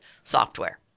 software